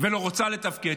ולא רוצה לתפקד.